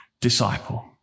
disciple